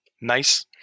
Nice